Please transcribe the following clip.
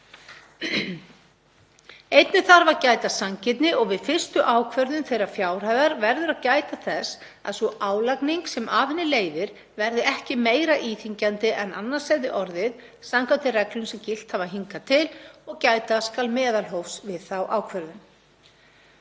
Einnig þarf að gæta sanngirni og við fyrstu ákvörðun þeirrar fjárhæðar verður að gæta þess að sú álagning sem af henni leiðir verði ekki meira íþyngjandi en annars hefði orðið samkvæmt þeim reglum sem gilt hafa hingað til og gæta skal meðalhófs við þá ákvörðun.